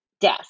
death